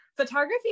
photography